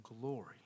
glory